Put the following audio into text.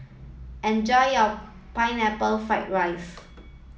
enjoy your pineapple fried rice